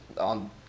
on